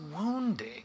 wounding